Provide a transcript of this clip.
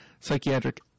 Psychiatric